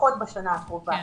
לפחות בשנה הקרובה.